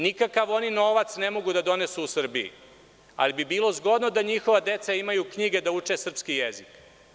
Nikakav oni novac ne mogu da donesu u Srbiji, ali bi bilo zgodno da njihova deca imaju knjige, da uče srpski jezik.